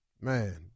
Man